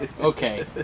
Okay